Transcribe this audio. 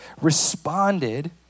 responded